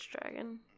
dragon